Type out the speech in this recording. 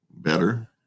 better